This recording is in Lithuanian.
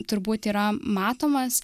turbūt yra matomas